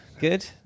good